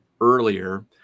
earlier